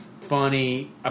funny